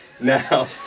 Now